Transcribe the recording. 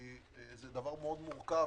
כי זה דבר מאוד מורכב